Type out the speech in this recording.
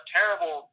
terrible